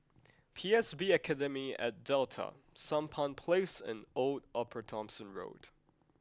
P S B Academy at Delta Sampan Place and Old Upper Thomson Road